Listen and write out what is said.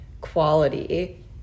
quality